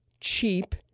cheap